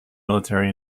military